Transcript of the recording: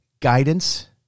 guidance